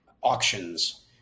auctions